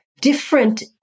different